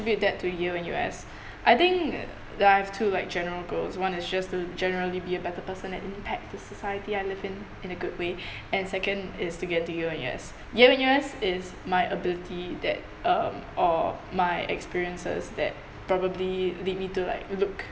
attribute that to U_M_N_U_S I think that I have two like general goals one is just to generally be a better person and impact the society I live in in a good way and second is to get into U_M_N_U_S U_M_N_U_S is my ability that um or my experiences that probably lead me to like look